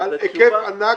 מוסכים.